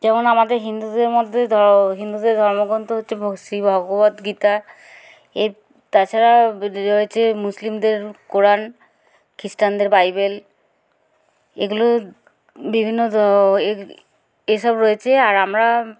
যেমন আমাদের হিন্দুদের মধ্যে হিন্দুদের ধর্মগ্রন্থ হচ্ছে শ্রীভগবদ্গীতা এ তাছাড়া রয়েছে মুসলিমদের কোরআন খ্রিস্টানদের বাইবেল এগুলো বিভিন্ন এ এসব রয়েছে আর আমরা